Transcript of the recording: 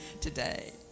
today